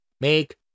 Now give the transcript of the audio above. make